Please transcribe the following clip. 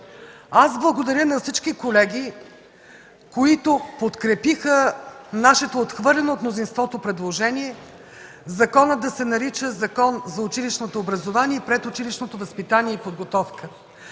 Благодаря на всички колеги, които подкрепиха нашето отхвърлено от мнозинството предложение законът да се нарича Закон за училищното образование и предучилищното възпитание и подготовка.